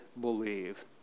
believe